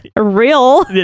real